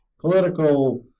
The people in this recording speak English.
political